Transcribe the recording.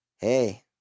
hey